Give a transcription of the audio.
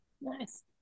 nice